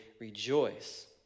rejoice